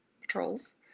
Patrols